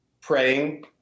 praying